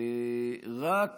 רק